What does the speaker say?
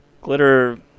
Glitter